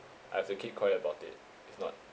I've to keep quiet about it if not